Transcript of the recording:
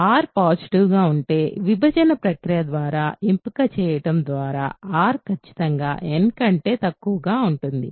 r positive గా ఉంటే విభజన ప్రక్రియ ద్వారా ఎంపిక చేయడం ద్వారా r ఖచ్చితంగా n కంటే తక్కువగా ఉంటుంది